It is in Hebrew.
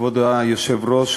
כבוד היושב-ראש,